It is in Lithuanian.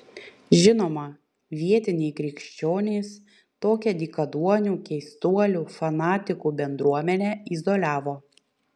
žinoma vietiniai krikščionys tokią dykaduonių keistuolių fanatikų bendruomenę izoliavo